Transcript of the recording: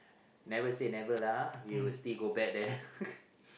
never say never lah we will still go back there